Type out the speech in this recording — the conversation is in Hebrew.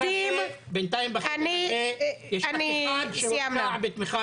בינתיים בחדר הזה יש רק אחד שהורשע בתמיכה